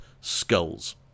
skulls